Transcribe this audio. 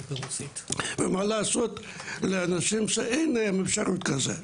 אבל מה לעשות עם אנשים שאין להם אפשרות כזאת?